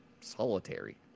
solitary